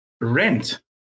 rent